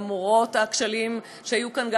למרות הכשלים שהיו כאן,